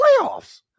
playoffs